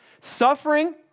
Suffering